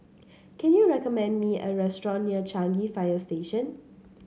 can you recommend me a restaurant near Changi Fire Station